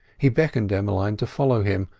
he beckoned emmeline to follow him,